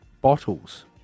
bottles